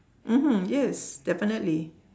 mmhmm yes definitely